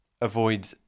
avoid